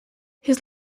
his